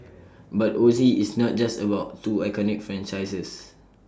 but Oz is not just about two iconic franchises